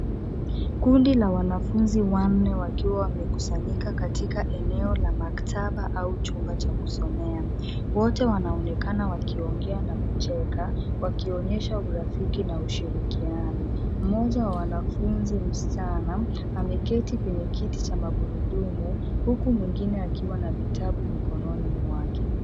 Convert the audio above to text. Kundi la wanafunzi wannne wakiwa wamekusanyika katika eneo la maktaba au chumba cha kusomea. Wote wanaonekana wakiongea na kucheka wakionyesha urafiki na ushirikiano. Mmoja wa wanafunzi msichana ameketi kwenye kiti cha magurudumu huku mwingine akiwa na vitabu mikononi mwake.